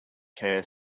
care